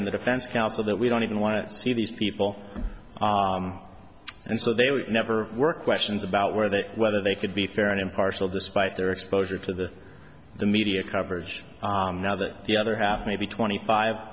and the defense counsel that we don't even want to see these people and so they would never work questions about where they whether they could be fair and impartial despite their exposure to the media coverage now that the other half maybe twenty five